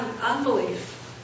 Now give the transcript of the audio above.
unbelief